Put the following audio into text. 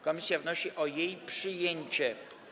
Komisja wnosi o jej przyjęcie.